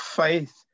faith